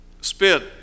spit